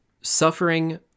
suffering